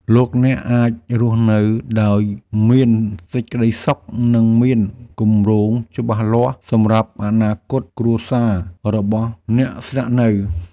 លោកអ្នកអាចរស់នៅដោយមានសេចក្ដីសុខនិងមានគម្រោងច្បាស់លាស់សម្រាប់អនាគតគ្រួសាររបស់អ្នកស្នាក់នៅ។